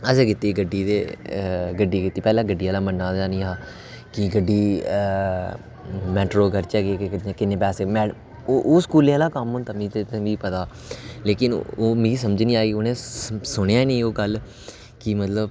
असें कीती गड्डी ते गड्डी कीती पैह्लें गड्डी आह्ले पैह्लें मिगी मना करी ओड़ेआ कि गड्डी मेटाडोर करचै जां कि किन्ने पैसे ओह् स्कूले आह्ले दा कम होंदा ते इन्ने चिर ते मी पता हा लेकिन मी समझ नेईं आई उ'नें सुनेआ नेईं ओह् गल्ल कि मतलब